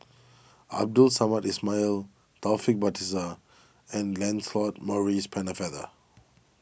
Abdul Samad Ismail Taufik Batisah and Lancelot Maurice Pennefather